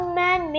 man